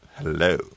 hello